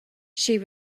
she